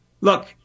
Look